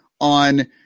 on